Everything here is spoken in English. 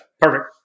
Perfect